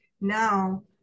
Now